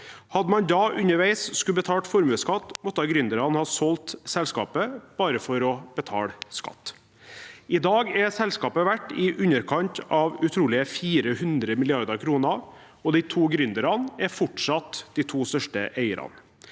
Hadde man da underveis skulle betalt formuesskatt, måtte gründerne ha solgt selskapet bare for å betale skatt. I dag er selskapet verdt i underkant av utrolige 400 mrd. kr, og de to gründerne er fortsatt de to største eierne.